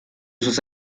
sus